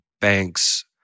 banks